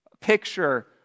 picture